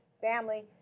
family